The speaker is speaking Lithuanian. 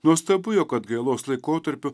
nuostabu jog atgailos laikotarpiu